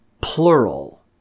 plural